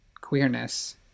queerness